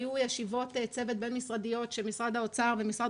היו ישיבות צוות בין-משרדיות שמשרד האוצר ומשרד